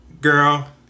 Girl